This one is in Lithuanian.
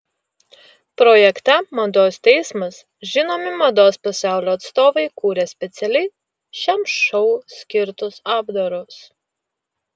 projekte mados teismas žinomi mados pasaulio atstovai kūrė specialiai šiam šou skirtus apdarus